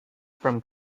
from